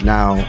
Now